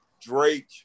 Drake